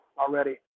already